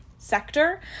Sector